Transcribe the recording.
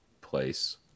place